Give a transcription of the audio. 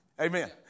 Amen